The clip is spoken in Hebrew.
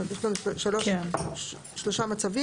זאת אומרת, יש לנו פה שלושה מצבים.